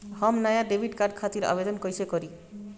हम नया debit card खातिर आवेदन कईसे करी?